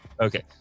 Okay